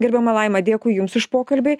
gerbiama laima dėkui jums už pokalbį